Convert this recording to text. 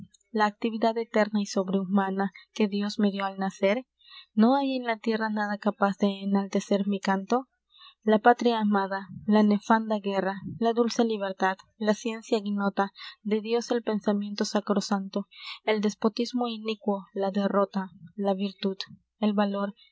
la actividad eterna y sobrehumana que dios me dió al nacer no hay en la tierra nada capaz de enaltecer mi canto la patria amada la nefanda guerra la dulce libertad la ciencia ignota de dios el pensamiento sacrosanto del despotismo inícuo la derrota la virtud el valor